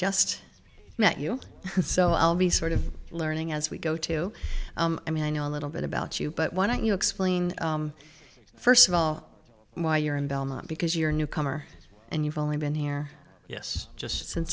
just met you so i'll be sort of learning as we go to i mean i know a little bit about you but why don't you explain first of all why you're in belmont because you're new comer and you've only been here yes just since